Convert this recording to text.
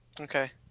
Okay